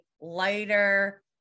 lighter